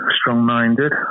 strong-minded